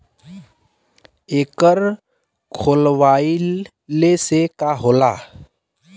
एकर खोलवाइले से का होला?